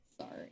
sorry